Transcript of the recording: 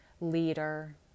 leader